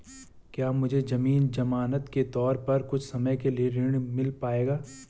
क्या मुझे ज़मीन ज़मानत के तौर पर कुछ समय के लिए ऋण मिल पाएगा?